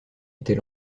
était